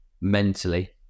mentally